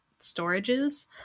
storages